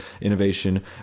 innovation